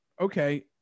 Okay